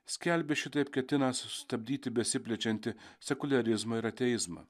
skelbė šitaip ketinąs sustabdyti besiplečiantį sekuliarizmą ir ateizmą